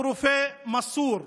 הוא רופא מסור,